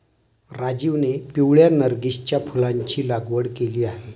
राजीवने पिवळ्या नर्गिसच्या फुलाची लागवड केली आहे